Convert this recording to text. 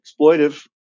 exploitive